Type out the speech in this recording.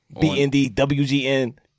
B-N-D-W-G-N